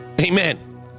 Amen